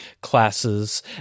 classes